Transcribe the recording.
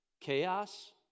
Chaos